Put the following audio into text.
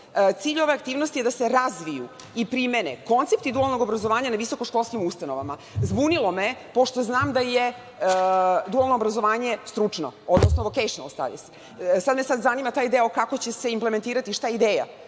Cilj ove aktivnosti je da se razviju i primene koncepti dualnog obrazovanja na visokoškolskim ustanovama. Zbunilo me je, pošto znam da je dualno obrazovanje stručno, odnosno ''lokejšnl stajls''. Sada me zanima taj deo kako će se implementirati, šta je ideja,